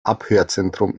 abhörzentrum